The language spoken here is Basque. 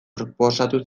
proposatu